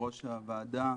יושבת-ראש הוועדה.